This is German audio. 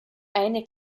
eine